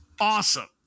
awesome